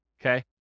okay